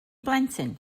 blentyn